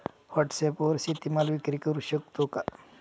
व्हॉटसॲपवर शेती माल विक्री करु शकतो का?